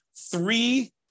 three